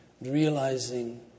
realizing